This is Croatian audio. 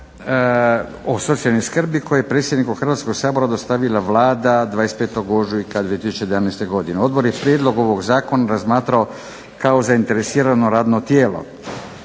o socijalnoj skrbi koji je predsjedniku Hrvatskoga sabora dostavila Vlada 25.ožujka 2011.godine. Odbor je prijedlog ovog zakona razmatrao kao zainteresirano radno tijelo.